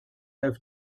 have